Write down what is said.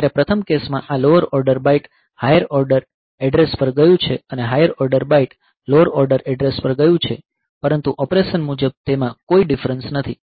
જ્યારે પ્રથમ કેસ માં આ lower order byte higher order address પર ગયો છે અને higher order byte lower order address પર ગયો છે પરંતુ ઓપરેશન મુજબ તેમાં કોઈ ડિફરન્સ નથી